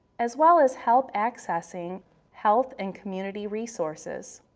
as well as help accessing health and community resources.